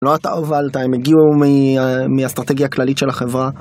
לא אתה הובלת הם הגיעו מאסטרטגיה הכללית של החברה.